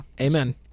Amen